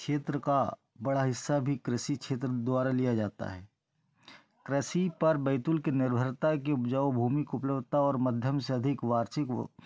क्षेत्र का बड़ा हिस्सा भी कृषि क्षेत्र द्वारा लिया जाता है कृषि पर बैतूल की निर्भरता की उपजाऊ भूमि को उपलब्धता और मध्यम से अधिक वार्षिक वह